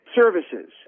services